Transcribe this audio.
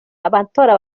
amatora